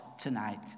tonight